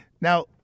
Now